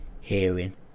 hearing